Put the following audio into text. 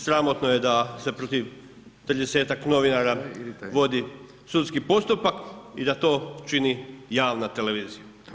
Sramotno je da se protiv 30-tak novinara vodi sudski postupak i da to čini javna televizija.